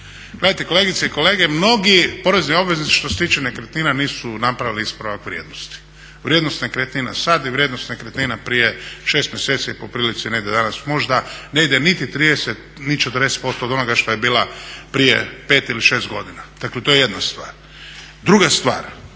Gledajte kolegice i kolege, mnogi porezni obveznici što se tiče nekretnina nisu napravili ispravak vrijednosti. Vrijednost nekretnina sada i vrijednost nekretnina prije 6 mjeseci po prilici negdje danas možda ne ide niti 40% od onoga što je bila prije 5 ili 6 godina, dakle to je jedna stvar. Druga stvar,